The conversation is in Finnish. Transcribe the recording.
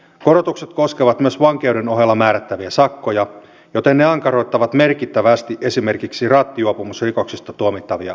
korotukset koskevat myös vankeuden ohella määrättäviä sakkoja joten ne ankaroittavat merkittävästi esimerkiksi rattijuopumusrikoksista tuomittavia rangaistuksia